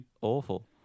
awful